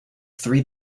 three